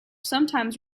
sometimes